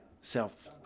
self